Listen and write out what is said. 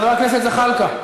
חבר הכנסת זחאלקה,